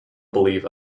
believe